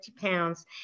pounds